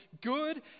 good